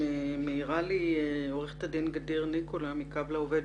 מעירה לי עורכת הדין גדיר ניקולא מקו לעובד,